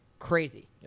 crazy